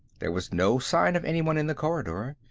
there was no sign of anyone in the corridor.